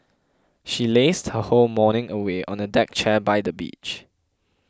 she lazed her whole morning away on a deck chair by the beach